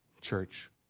church